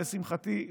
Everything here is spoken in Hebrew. לשמחתי,